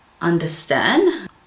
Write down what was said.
understand